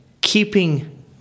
keeping